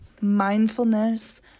mindfulness